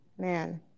Man